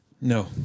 No